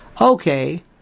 Okay